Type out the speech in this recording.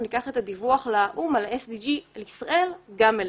ניקח את הדיווח לאו"ם על הסיוע של ישראל לעמידה ב- SDGsגם אלינו,